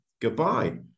goodbye